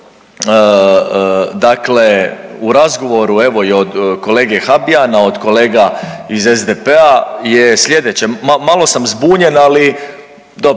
dakle u razgovoru evo i od kolege Habijana, od kolega iz SDP-a je slijedeće. Malo sam zbunjen ali